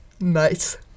Nice